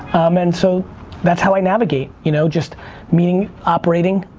and so that's how i navigate. you know just meeting operating,